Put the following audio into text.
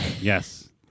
Yes